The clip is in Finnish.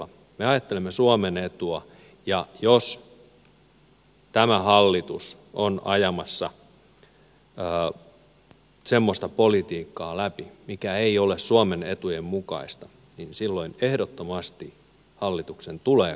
me ajattelemme suomen etua ja jos tämä hallitus on ajamassa semmoista politiikkaa läpi mikä ei ole suomen etujen mukaista niin silloin ehdottomasti hallituksen tulee kaatua